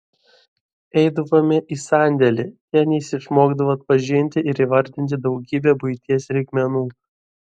eidavome į sandėlį ten jis išmokdavo atpažinti ir įvardinti daugybę buities reikmenų